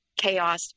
chaos